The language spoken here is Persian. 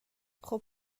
خوب